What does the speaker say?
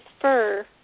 fur